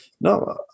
No